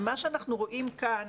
מה שאנחנו רואים כאן,